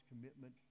commitment